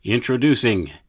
Introducing